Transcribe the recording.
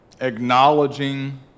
Acknowledging